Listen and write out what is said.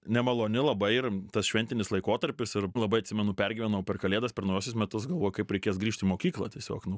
nemaloni labai ir tas šventinis laikotarpis ir labai atsimenu pergyvenau per kalėdas per naujuosius metus galvojau kaip reikės grįžt į mokyklą tiesiog nu